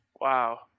wow